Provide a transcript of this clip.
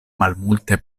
malmulte